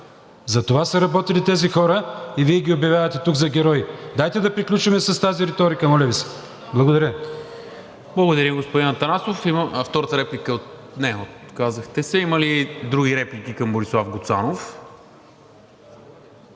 За това са работили тези хора и Вие ги обявявате тук за герои. Дайте да приключим с тази реторика, моля Ви се. Благодаря. ПРЕДСЕДАТЕЛ НИКОЛА МИНЧЕВ: Благодаря, господин Атанасов. Втората реплика? Не, отказахте се. Има ли други реплики към Борислав Гуцанов?